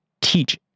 teach